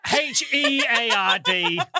H-E-A-R-D